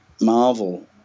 Marvel